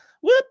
whoop